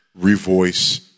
revoice